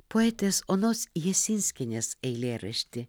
poetės onos jasinskienės eilėraštį